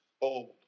old